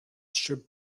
should